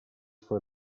for